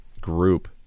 group